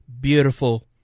beautiful